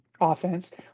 offense